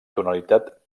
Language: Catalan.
tonalitat